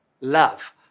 love